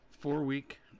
four-week